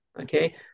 Okay